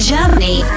Germany